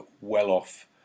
well-off